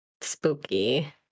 spooky